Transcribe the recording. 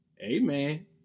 Amen